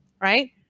right